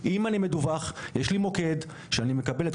אם אני מדווח יש לי מוקד שאני מקבל אליו